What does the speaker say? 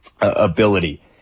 ability